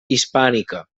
hispànica